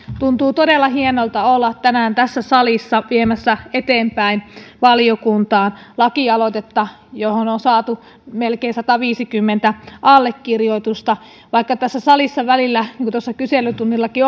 tuntuu todella hienolta olla tänään tässä salissa viemässä eteenpäin valiokuntaan lakialoitetta johon on saatu melkein sataviisikymmentä allekirjoitusta vaikka tässä salissa tuntuu välillä niin kuin tuossa kyselytunnillakin